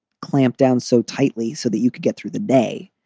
clamp down so tightly so that you could get through the day.